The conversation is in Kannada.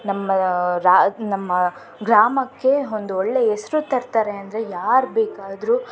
ನಮ್ಮ ರಾ ನಮ್ಮ ಗ್ರಾಮಕ್ಕೆ ಒಂದು ಒಳ್ಳೆಯ ಹೆಸರು ತರ್ತಾರೆ ಅಂದರೆ ಯಾರು ಬೇಕಾದರೂ